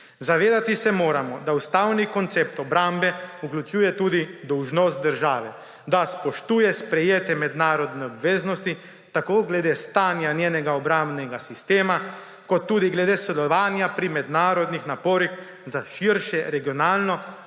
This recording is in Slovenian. Zavedati se moramo, da ustavni koncept obrambe vključuje tudi dolžnost države, da spoštuje sprejete mednarodne obveznosti tako glede stanja njenega obrambnega sistema kot tudi glede sodelovanja pri mednarodnih naporih za širše regionalno ali